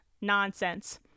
nonsense